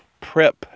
prep